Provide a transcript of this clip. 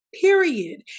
period